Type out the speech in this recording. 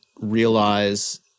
realize